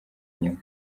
inyuma